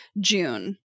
June